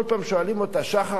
כל פעם שואלים אותה: שחר,